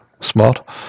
smart